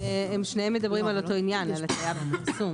שניהם מדברים על אותו עניין, על הטעיה בפרסום.